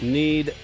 need